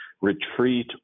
retreat